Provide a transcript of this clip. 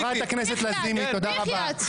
חברת הכנסת לזימי, תודה רבה.